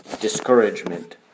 discouragement